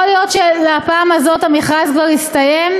יכול להיות שלפעם הזאת המכרז כבר הסתיים,